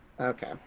Okay